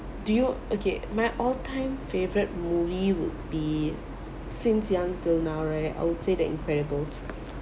do you okay my all time favourite movie would be since young till now right I would say the incredibles